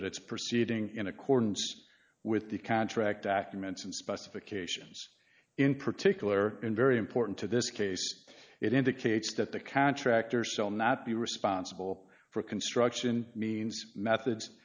that it's proceeding in accordance with the contract ackermann some specifications in particular and very important to this case it indicates that the contractor still not be responsible for construction means methods